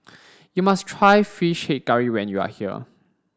you must try fish head curry when you are here